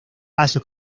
asia